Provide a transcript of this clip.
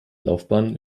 laufbahn